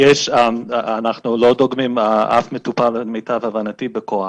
אנחנו לא דוגמים אף מטופל, למיטב הבנתי, בכוח.